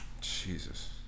Jesus